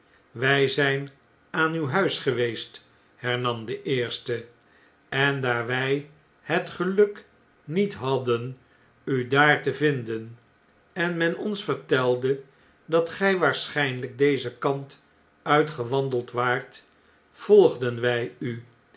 wij zijn aan uw huis geweest hernam de eerste en daar wjj het geluk niet hadden u daar te vinden en men ons vertelde dat gu waarschijnlp dezen kant uit gewandeld waart volgden wij u